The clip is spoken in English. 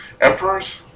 emperors